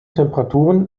temperaturen